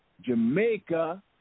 Jamaica